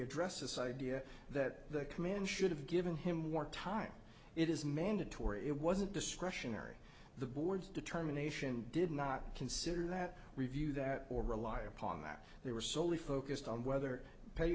address this idea that the command should have given him one time it is mandatory it wasn't discretionary the board's determination did not consider that review that or rely upon that they were solely focused on whether pay